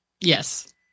Yes